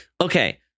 okay